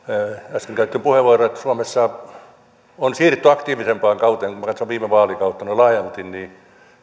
äsken käytettyyn puheenvuoroon suomessa on siirrytty aktiivisempaan kauteen kun minä katson viime vaalikautta noin laajalti niin